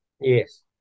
Yes